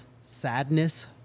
sadness